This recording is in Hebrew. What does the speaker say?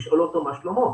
לשאול אותו מה שלומו,